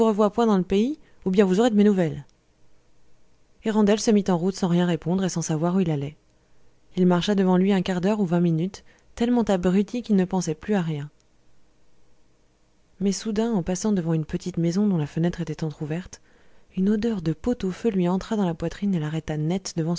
point dans le pays ou bien vous aurez de mes nouvelles et randel se mit en route sans rien répondre et sans savoir où il allait il marcha devant lui un quart d'heure ou vingt minutes tellement abruti qu'il ne pensait plus à rien mais soudain en passant devant une petite maison dont la fenêtre était entr'ouverte une odeur de pot-au-feu lui entra dans la poitrine et l'arrêta net